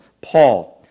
Paul